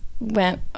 went